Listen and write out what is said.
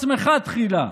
תודה,